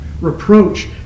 reproach